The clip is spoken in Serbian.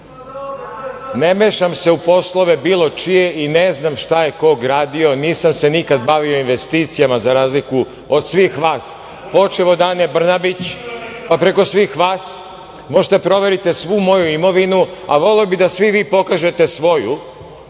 Ne mešam se u poslove bilo čije i ne znam šta je ko gradio. Nisam se nikada bavio investicijama, za razliku od svih vas, počev od Ane Brnabić, pa preko svih vas. Možete da proverite svu moju imovinu, a voleo bih da svi vi pokažete svoju.